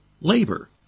Labor